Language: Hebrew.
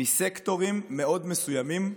מסקטורים מאוד מסוימים,